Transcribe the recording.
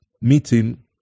meeting